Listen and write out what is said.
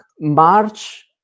March